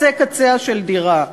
קצה-קצה של דירה.